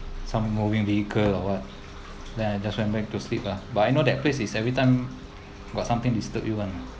some moving vehicle or what then I just went back to sleep ah but I know that place is every time got something disturb you [one] ah